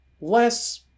less